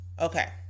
Okay